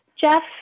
Jeff